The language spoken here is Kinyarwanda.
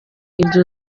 iryo